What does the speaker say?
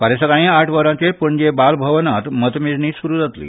फाल्यां सकाळी आठ वरांचेर पणजी बालभवनांत मतमेजणी सुरू जातली